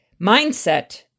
mindset